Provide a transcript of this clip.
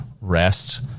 REST